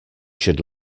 should